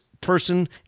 person